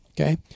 Okay